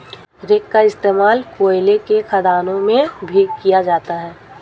rake का इश्तेमाल कोयले के खदानों में भी किया जाता है